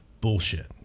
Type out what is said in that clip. bullshit